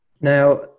Now